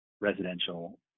residential